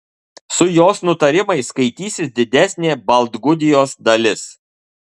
su jos nutarimais skaitysis didesnė baltgudijos dalis